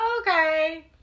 okay